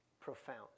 profound